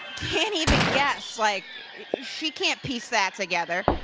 can't even guess. like she can't piece that together.